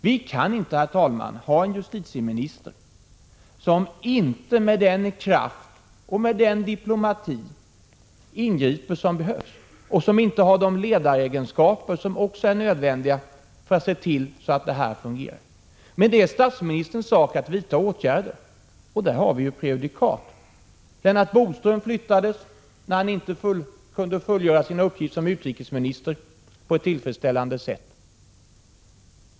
Vi kan inte, herr talman, ha en justitieminister som inte ingriper med kraft men också med diplomati och som inte har de ledaregenskaper som också är nödvändiga för att se till att saker och ting fungerar. Det är statsministerns sak att vidta åtgärder, och där finns det ju prejudikat. Lennart Bodström flyttades när han inte kunde fullgöra sina uppgifter som utrikesminister på ett tillfredsställande sätt.